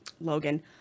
Logan